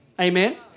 Amen